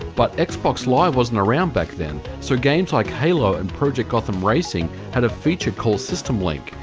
but xbox live wasn't around back then. so, games like halo and project gotham racing had a feature called system-link,